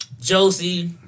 Josie